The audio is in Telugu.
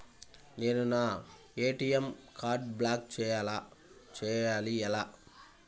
నేను నా ఏ.టీ.ఎం కార్డ్ను బ్లాక్ చేయాలి ఎలా?